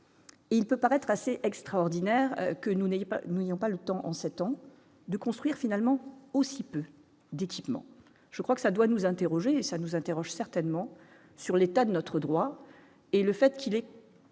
Il peut paraître assez extraordinaire que nous n'est pas nous n'ont pas le temps, en 7 ans de construire finalement aussi peu du type je crois que ça doit nous interroger et ça nous interroge certainement sur l'état de notre droit, et le fait qu'il est